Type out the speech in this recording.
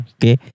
Okay